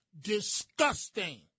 disgusting